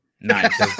nice